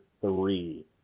three